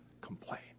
complain